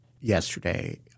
Yesterday